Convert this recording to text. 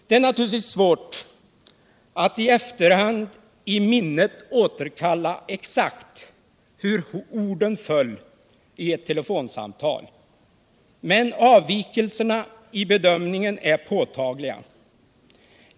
Det är naturligtvis svårt att i efterhand i minnet återkalla exakt hur orden föll i ett telefonsamtal, men avvikelserna i bedömningen är påtagliga.